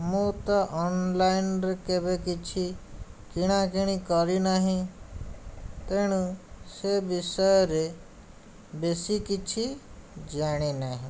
ମୁଁ ତ ଅନଲାଇନ୍ରେ କେବେ କିଛି କିଣାକିଣି କରିନାହିଁ ତେଣୁ ସେ ବିଷୟରେ ବେଶି କିଛି ଜାଣିନାହିଁ